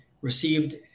received